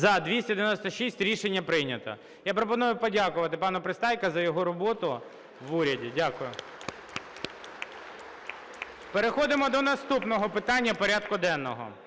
За-296 Рішення прийнято. Я пропоную подякувати пану Пристайку за його роботу в уряді. Дякую. (Оплески) Переходимо до наступного питання порядку денного.